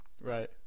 Right